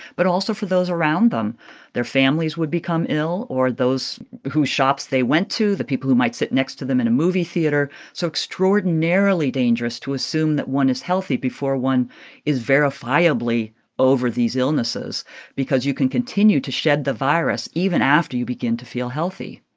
but also for those around them their families would become ill or those whose shops they went to, the people who might sit next to them in a movie theater. so extraordinarily dangerous to assume that one is healthy before one is verifiably over these illnesses because you can continue to shed the virus even after you begin to feel healthy